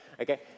Okay